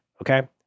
Okay